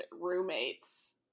roommates